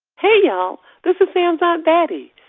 hey, y'all. this is sam's aunt betty.